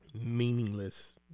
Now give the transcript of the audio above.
meaningless